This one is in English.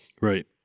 Right